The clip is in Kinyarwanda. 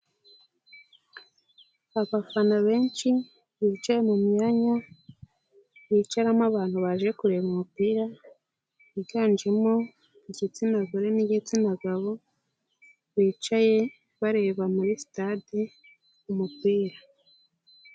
Abafana benshi bicaye mu myanya yicaramo abantu baje kureba umupira yiganjemo igitsina gore n'igitsina gabo, bicaye bareba muri sItade umupira.